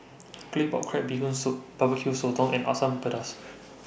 Claypot Crab Bee Hoon Soup Barbecue Sotong and Asam Pedas